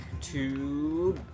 two